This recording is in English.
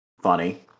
funny